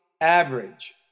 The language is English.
average